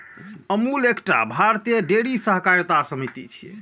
अमूल एकटा भारतीय डेयरी सहकारी समिति छियै